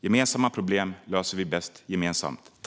Gemensamma problem löser vi bäst gemensamt.